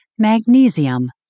magnesium